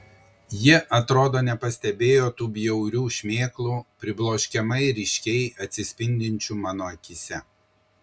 ji atrodo nepastebėjo tų bjaurių šmėklų pribloškiamai ryškiai atsispindinčių mano akyse